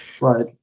right